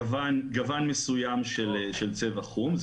זה גוון מסוים של צבע חום.